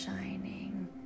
shining